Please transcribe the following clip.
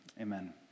Amen